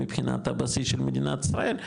מבחינת הבסיס של מדינת ישראל,